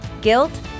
Guilt